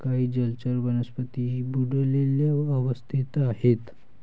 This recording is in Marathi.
काही जलचर वनस्पतीही बुडलेल्या अवस्थेत आहेत